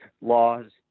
laws